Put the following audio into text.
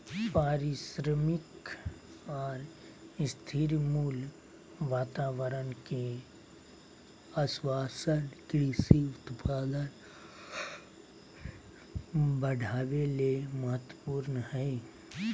पारिश्रमिक आर स्थिर मूल्य वातावरण के आश्वाशन कृषि उत्पादन बढ़ावे ले महत्वपूर्ण हई